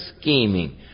scheming